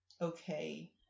okay